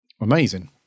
amazing